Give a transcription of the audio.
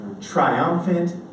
triumphant